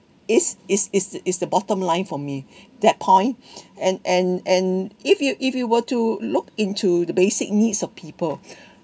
is is is is the bottom line for me that point and and and if you if you were to look into the basic needs of people